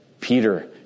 Peter